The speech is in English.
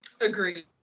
Agreed